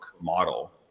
model